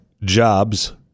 jobs